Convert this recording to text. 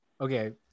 Okay